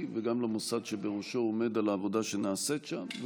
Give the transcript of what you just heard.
וגם למוסד שבראשו הוא עומד על העבודה שנעשית שם.